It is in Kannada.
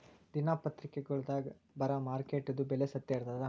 ದಿನಾ ದಿನಪತ್ರಿಕಾದೊಳಾಗ ಬರಾ ಮಾರುಕಟ್ಟೆದು ಬೆಲೆ ಸತ್ಯ ಇರ್ತಾದಾ?